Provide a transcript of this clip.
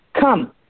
Come